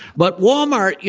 but walmart, you